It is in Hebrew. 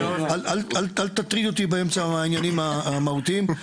אל תטריד אותי באמצע העניינים המהותיים.